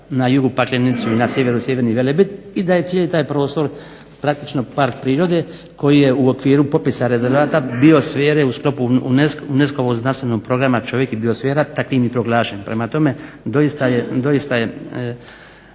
na jugu Paklenicu i na sjeveru Sjeverni Velebit i da je cijeli taj prostor praktično park prirode koji je u okviru popisa rezervata biosfere u sklopu UNESO-vog znanstvenog programa čovjek i biosfera takvim i proglašen. Prema tome doista je